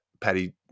Patty